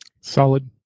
Solid